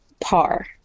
par